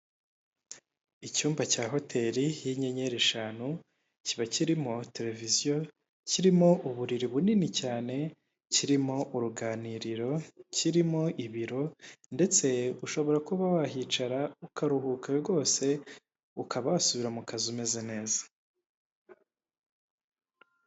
Icyumba cya hoteri y'inyenyeri eshanu, kiba kirimo televiziyo, kirimo uburiri bunini cyane, kirimo uruganiriro, kirimo ibiro ndetse ushobora kuba wahicara ukaruhuka rwose ukaba wasubira mu kazi umeze neza.